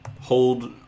hold